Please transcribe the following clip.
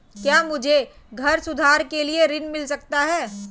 क्या मुझे घर सुधार के लिए ऋण मिल सकता है?